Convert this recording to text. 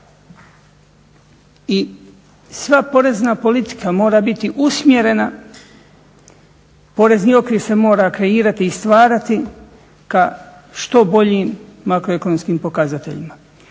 I sva porezna politika mora biti usmjerena, porezni okvir se mora kreirati i stvarati ka što boljim makroekonomskim pokazateljima.